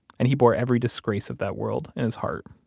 and he bore every disgrace of that world in his heart